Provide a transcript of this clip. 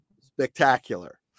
spectacular